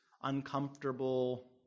uncomfortable